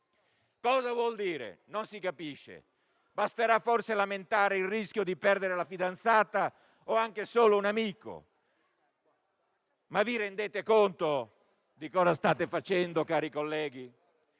Cosa vuol dire? Non si capisce. Basterà, forse, lamentare il rischio di perdere la fidanzata o anche solo un amico. Ma vi rendete conto di cosa state facendo, cari colleghi?